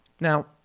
Now